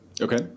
Okay